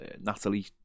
natalie